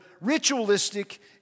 ritualistic